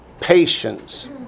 patience